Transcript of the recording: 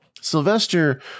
Sylvester